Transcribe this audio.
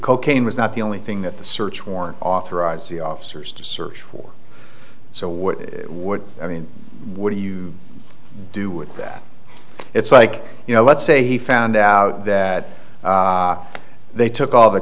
cocaine was not the only thing that the search warrant authorized the officers to search for so what would i mean what do you do with that it's like you know let's say he found out that they took all the